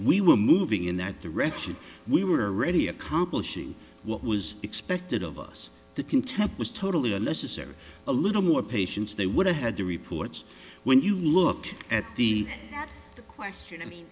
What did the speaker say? we were moving in that direction we were ready accomplishing what was expected of us the contempt was totally unnecessary a little more patience they would have had to reports when you look at the that's the question